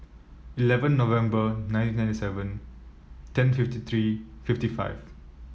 eleven November nineteen ninety seven ten fifty three fifty five